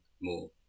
more